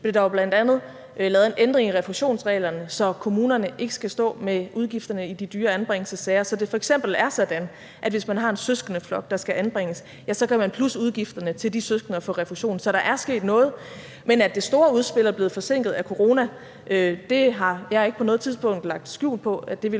blev der jo bl.a. lavet en ændring i refusionsreglerne, så kommunerne ikke skal stå med udgifterne i de dyre anbringelsessager, så det f.eks. er sådan, at hvis man har en søskendeflok, der skal anbringes, ja, så kan man plusse udgifterne til de søskende og få refusion. Så der er sket noget, men at det store udspil er blevet forsinket af corona, har jeg ikke på noget tidspunkt lagt skjul på